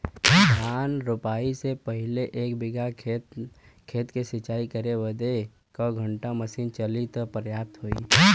धान रोपाई से पहिले एक बिघा खेत के सिंचाई करे बदे क घंटा मशीन चली तू पर्याप्त होई?